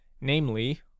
namely